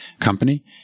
company